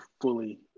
fully